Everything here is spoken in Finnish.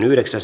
asia